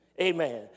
amen